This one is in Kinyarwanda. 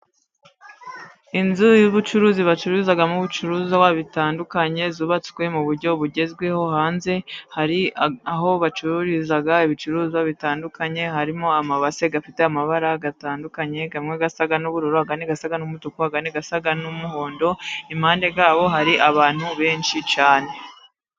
Inzu y'ubucuruzi bacururizagamo ibicuruzwa bitandukanye yubatswe mu buryo bugezweho hanze hari aho bacururiza, ibicuruzwa bitandukanye harimo amabase afite amabara atandukanye, amwe asa n' ubururu andi agasa n' umutuku, Andi asa n' umuhondo impande yabo hari abantu benshi cyane.